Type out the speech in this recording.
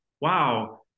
wow